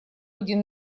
один